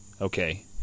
okay